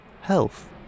health